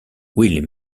will